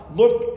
look